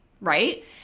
right